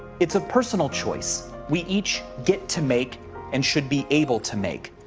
it's a personal choice we each get to make and should be able to make.